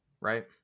right